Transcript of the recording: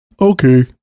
okay